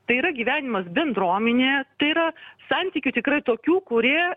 tai yra gyvenimas bendruomenėje tai yra santykių tikrai tokių kurie